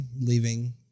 leaving